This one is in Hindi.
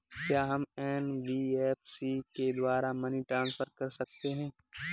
क्या हम एन.बी.एफ.सी के द्वारा मनी ट्रांसफर कर सकते हैं?